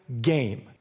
game